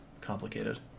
complicated